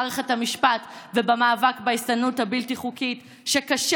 מערכת המשפט ובמאבק בהסתננות הבלתי-חוקית: קשה